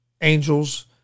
Angels